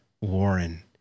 Warren